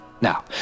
Now